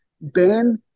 Ben